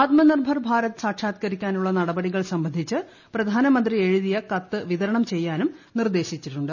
ആത്മനിർഭർ ഭാരത് സാക്ഷാത്കരിക്കാന്റുള്ള് നടപടികൾ സംബന്ധിച്ച് പ്രധാനമന്ത്രി എഴുതിയ കത്ത് വിതൃർണ്ണും ചെയ്യാനും നിർദ്ദേശിച്ചിട്ടുണ്ട്